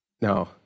Now